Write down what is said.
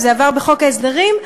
זה עבר בחוק ההסדרים,